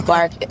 Bark